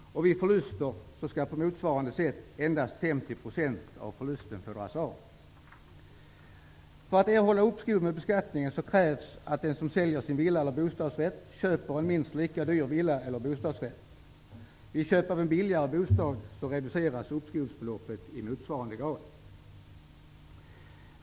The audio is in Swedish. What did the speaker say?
Vid förluster skall på motsvarande sätt endast 50 % av förlusten få dras av. För att man skall erhålla uppskov med beskattningen krävs att den som säljer sin villa eller bostadsrätt köper en minst lika dyr villa eller bostadsrätt. Vid köp av en billigare bostad reduceras uppskovsbeloppet i motsvarande grad.